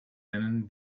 linen